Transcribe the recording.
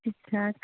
ਠੀਕ ਠਾਕ